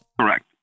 Correct